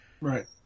right